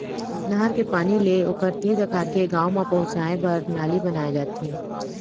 नहर के पानी ले ओखर तीर तखार के गाँव म पहुंचाए बर नाली बनाए जाथे